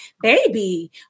baby